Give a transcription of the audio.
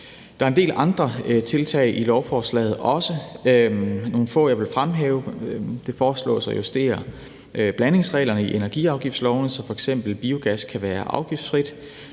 Der er en del andre tiltag i lovforslaget, også nogle få, jeg vil fremhæve. Det foreslås at justere blandingsreglerne i energiafgiftslovene, så f.eks. biogas kan være afgiftsfrit,